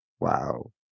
Wow